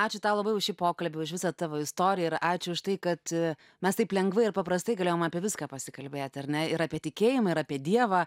ačiū tau labai už šį pokalbį už visą tavo istoriją ir ačiū už tai kad mes taip lengvai ir paprastai galėjom apie viską pasikalbėti ar ne ir apie tikėjimą ir apie dievą